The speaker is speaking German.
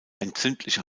entzündliche